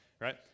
Right